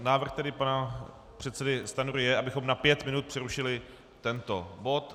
Návrh pana předsedy Stanjury je, abychom na pět minut přerušili tento bod.